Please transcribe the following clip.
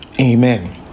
Amen